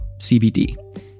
CBD